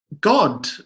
God